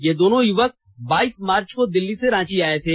ये दोनों युवक बाईस मार्च को दिल्ली से रांची आए थे